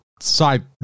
side